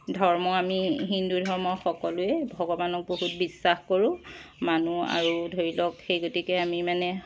ধৰ্ম আমি হিন্দু ধৰ্ম সকলোৱেই ভগৱানক বহুত বিশ্বাস কৰোঁ মানো আৰু ধৰি লওক সেই গতিকে আমি মানে